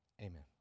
Amen